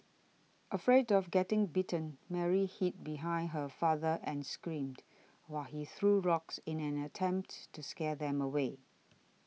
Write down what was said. afraid of getting bitten Mary hid behind her father and screamed while he threw rocks in an attempt to scare them away